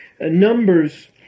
Numbers